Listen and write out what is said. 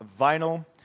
vinyl